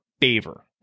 favor